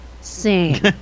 sing